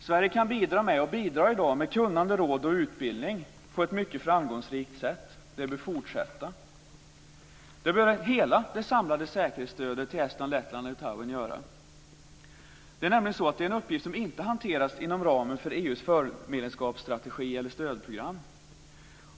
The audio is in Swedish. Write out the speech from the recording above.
Sverige bidrar i dag med kunnande, råd och utbildning på ett mycket framgångsrikt sätt. Det bör fortsätta. Lettland och Litauen bör fortsätta. Det är nämligen en uppgift som inte hanteras inom ramen för EU:s förmedlemskapsstrategi eller stödprogram.